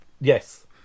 yes